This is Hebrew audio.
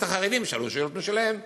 וחברי הכנסת החרדים שאלו שאלות משלהם.